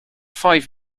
five